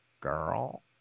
girl